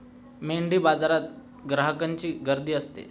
मेंढीबाजारात ग्राहकांची गर्दी असते